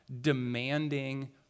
demanding